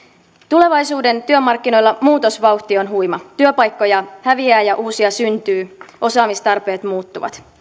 tulevaisuuden työmarkkinoilla muutosvauhti on huima työpaikkoja häviää ja uusia syntyy osaamistarpeet muuttuvat